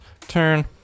turn